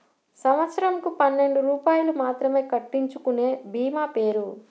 సంవత్సరంకు పన్నెండు రూపాయలు మాత్రమే కట్టించుకొనే భీమా పేరు?